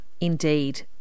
indeed